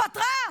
התפטרה.